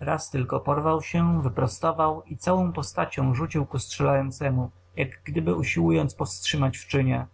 raz tylko porwał się wyprostował i całą postacią rzucił ku strzelającemu jak gdyby usiłując powstrzymać w czynie